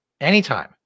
anytime